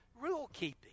rule-keeping